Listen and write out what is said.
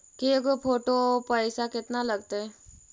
के गो फोटो औ पैसा केतना लगतै?